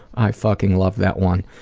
i fucking love that one.